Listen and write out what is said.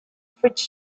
fridge